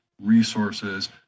resources